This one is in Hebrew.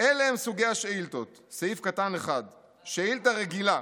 "(ב) אלה הם סוג השאילתות: (1) שאילתה רגילה,